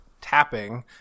tapping